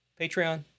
Patreon